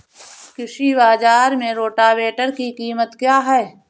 कृषि बाजार में रोटावेटर की कीमत क्या है?